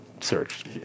searched